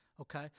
Okay